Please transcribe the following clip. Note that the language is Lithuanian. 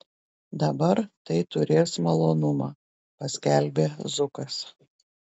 dabar tai turės malonumą paskelbė zukas